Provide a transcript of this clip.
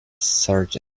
sergeant